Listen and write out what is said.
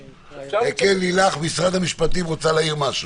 כן, לילך, משרד המשפטים, רוצה להעיר משהו.